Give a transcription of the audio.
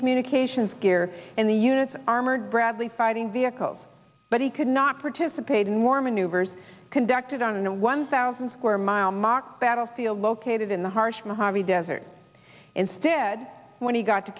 communications gear in the units armored bradley fighting vehicles but he could not participate in more maneuvers conducted on a one thousand square mile mock battlefield located in the harsh mojave desert instead when he got to